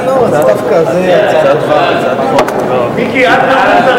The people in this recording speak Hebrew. התשע"א 2011, לוועדה שתקבע ועדת הכנסת